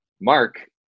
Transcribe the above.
Mark